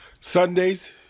Sundays